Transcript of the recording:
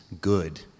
good